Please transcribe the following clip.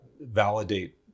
validate